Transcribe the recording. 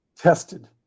tested